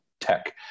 tech